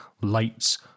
lights